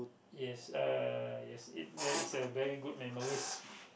yes uh yes it there is a very good memories